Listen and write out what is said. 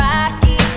Rocky